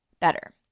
better